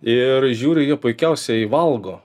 ir žiūriu jie puikiausiai valgo